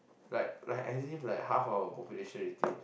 like like as if like half our population is dead